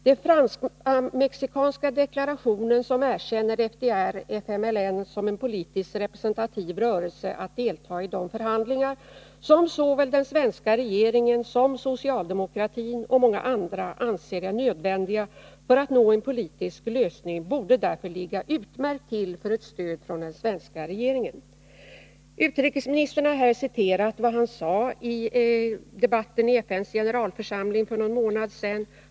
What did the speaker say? Den fransk-mexikanska deklarationen, som erkänner FDR/FMNL som en politiskt representativ rörelse när det gäller att delta i de förhandlingar som såväl den svenska regeringen som socialdemokratin och många andra anser är nödvändiga för att nå en politisk lösning, borde därför ligga utmärkt till för ett stöd från den svenska regeringen. Utrikesministern citerade här vad han sade i debatten i FN:s generalförsamling för någon månad sedan.